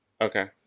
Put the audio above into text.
Okay